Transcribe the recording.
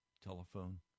telephone